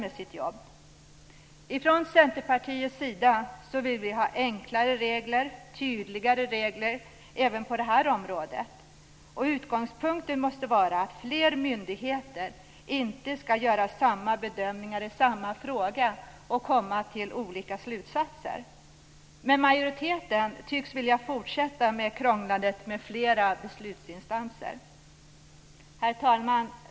Vi vill från Centerpartiets sida ha enklare och tydligare regler även på detta område. Utgångspunkten måste vara att fler myndigheter inte skall göra samma bedömningar i samma fråga och komma till olika slutsatser. Men majoriteten tycks vilja fortsätta med krånglandet med flera beslutsinstanser. Herr talman!